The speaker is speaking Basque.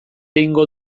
egingo